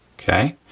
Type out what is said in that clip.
okay?